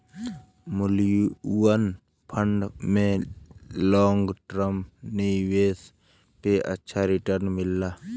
mutual fund में long term निवेश पे अच्छा रीटर्न मिलला